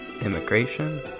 immigration